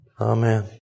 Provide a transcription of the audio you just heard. Amen